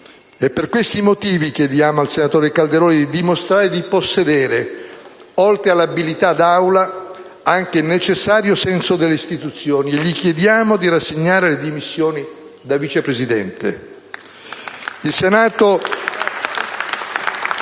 Per questi motivi chiediamo al senatore Calderoli di dimostrare di possedere, oltre all'abilità di Aula, anche il necessario senso delle istituzioni, e gli chiediamo di rassegnare le dimissioni da Vice Presidente. *(Applausi